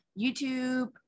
YouTube